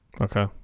Okay